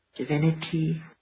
divinity